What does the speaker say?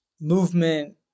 movement